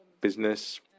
business